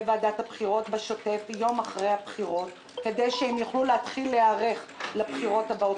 ועדת הבחירות בשוטף יום אחרי הבחירות כדי שיוכלו להיערך לבחירות הבאות,